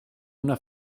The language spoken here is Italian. una